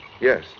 Yes